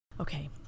Okay